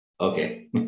Okay